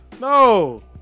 No